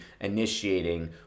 initiating